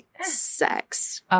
sex